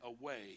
away